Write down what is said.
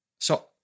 So-